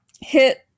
hit